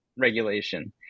regulation